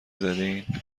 زدین